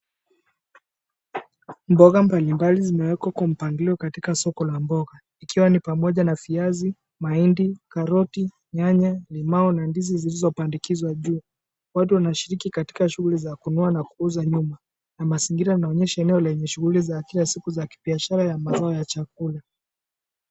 Mboga mbalimbali zimewekwa kwa mpangilio katika soko la mboga ikiwa ni pamoja na viazi, mahindi, karoti, nyanya, limau na ndizi zilizobandikizwa juu. Watu wanashiriki katika shughuli za kununua na kuuza nyuma na mazingira yanaonyesha eneo lenye shughuli ya kila siku za kibiashara ya mazao ya chakula.